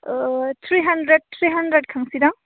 three hundred three hundred खांनोसै दां